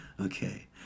Okay